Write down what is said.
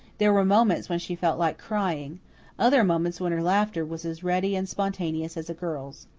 there were moments when she felt like crying other moments when her laughter was as ready and spontaneous as a girl's.